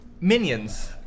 Minions